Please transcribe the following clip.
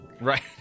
Right